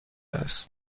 است